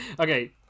Okay